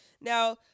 Now